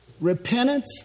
Repentance